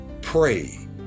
Pray